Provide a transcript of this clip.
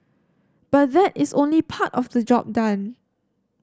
but that is only part of the job done